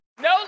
No